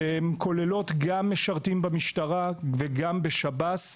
הן כוללות גם משרתים במשטרה וגם בשב"ס.